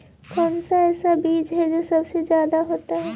कौन सा ऐसा बीज है जो सबसे ज्यादा होता है?